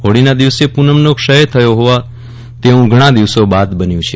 હોળીના દિવસે પૂનમનો ક્ષય થયો હોય તેવું ઘણા દિવસો બાદ બન્યું છે